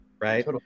Right